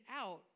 out